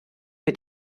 mit